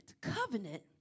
Covenant